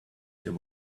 there